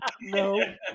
No